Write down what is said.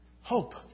Hope